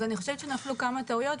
אז אני חושבת שנפלו כמה טעויות.